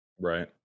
Right